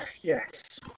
Yes